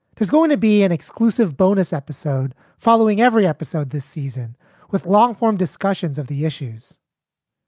there's going to be an exclusive bonus episode following every episode this season with long form discussions of the issues.